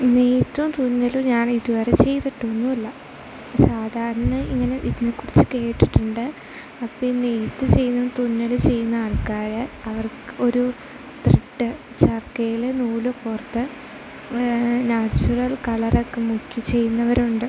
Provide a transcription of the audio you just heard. നെയ്ത്തും തുന്നലും ഞാൻ ഇത് വരെ ചെയ്തിട്ടൊന്നു ഇല്ല സാധാരണ ഇങ്ങനെ ഇതിനെ കുറിച്ച് കേട്ടിട്ടുണ്ട് അപ്പം നെയ്ത്തു ചെയ്യുന്ന തുന്നൽ ചെയ്യുന്ന ആൾക്കാർ അവർക്ക് ഒരു ത്രിട്ട് ചർക്കയിൽ നൂൽ കോർത്തു നാച്ചുറൽ കളറൊക്ക മുക്കി ചെയ്യുന്നവർ ഉണ്ട്